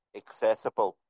accessible